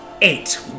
eight